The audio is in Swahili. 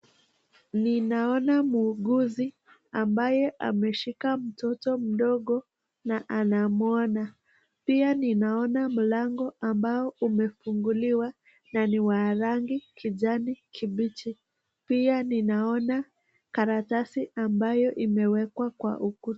Ninaona muuguzi ambaye ameshika mtoto mdogo na anamuona pia ninaona mlango ambao umefunguliwa na ni wa rangi ya kijani kibichi pia ninaona karatasi ambayo imewekwa kwa ukuta.